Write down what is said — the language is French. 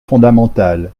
fondamentale